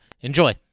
Enjoy